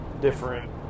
different